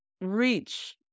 reach